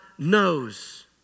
Knows